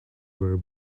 were